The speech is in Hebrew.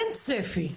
אין צפי,